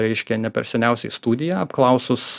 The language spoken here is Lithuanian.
reiškia ne per seniausiai studiją apklausus